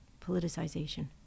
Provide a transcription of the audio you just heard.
politicization